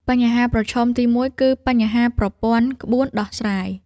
បញ្ហាប្រឈមទី១ គឺបញ្ហាប្រព័ន្ធក្បួនដោះស្រាយ ។